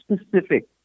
specific